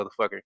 motherfucker